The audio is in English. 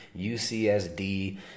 UCSD